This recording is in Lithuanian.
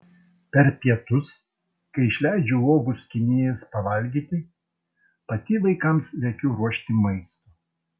per pietus kai išleidžiu uogų skynėjas pavalgyti pati vaikams lekiu ruošti maisto